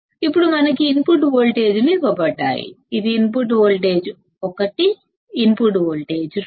ఇప్పుడు మనకి input voltage లు ఇవ్వబడ్డాయి ఇది ఇన్పుట్ వోల్టేజ్ 1 ఇన్పుట్ వోల్టేజ్ 2